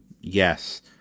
Yes